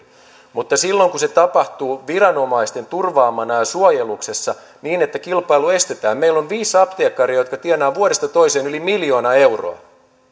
mutta en silloin kun se tapahtuu viranomaisten turvaamana ja suojeluksessa niin että kilpailu estetään kun meillä on viisi apteekkaria jotka tienaavat vuodesta toiseen yli miljoona euroa